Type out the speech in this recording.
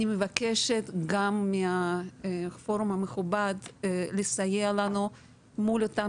אני מבקשת גם מהפורום המכובד לסייע לנו מול אותם